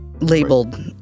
labeled